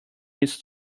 his